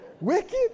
Wicked